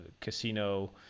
casino